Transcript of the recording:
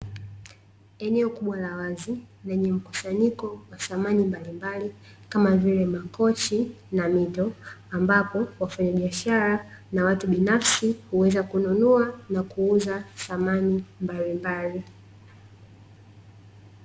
Eneo kubwa la wazi lenye mkusanyiko wa samani mbalimbali kama vile makochi na mito, ambapo wafanyabiashara na watu binafsi huweza kununua na kuuza samani mbalimbali.